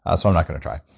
ah so, i'm not going to try.